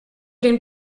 den